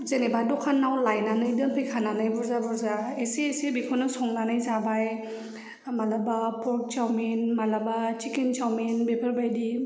जेनेबा दखानाव लायनानै दोनफैखानानै बुरजा बुरजा एसे एसे बेखौनो संनानै जाबाय माब्लाबा पर्क चावमिन माब्लाबा चिकेन चावमिन बेफोरबायदि